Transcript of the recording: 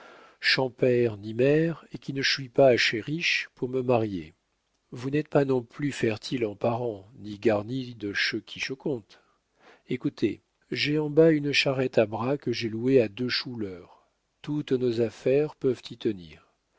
père ni mère et qui ne chuis pas assez riche pour me marier vous n'êtes pas non plus fertile en parents ni garni de che qui che compte écoutez j'ai en bas une charrette à bras que j'ai louée à deux chous l'heure toutes nos affaires peuvent y tenir